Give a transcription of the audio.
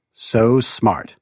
SOSMART